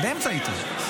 אני באמצע איתו.